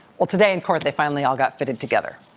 all today in court they finally all got fitted together.